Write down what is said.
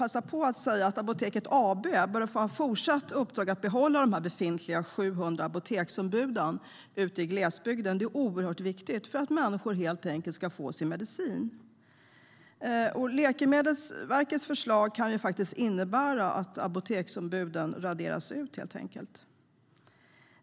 Apoteket AB bör fortsatt ha i uppdrag att behålla de befintliga 700 apoteksombuden ute i glesbygden. Det är oerhört viktigt för att människor helt enkelt ska få sin medicin. Läkemedelsverkets förslag kan innebära att apoteksombuden helt enkelt raderas ut.